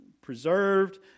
preserved